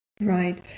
Right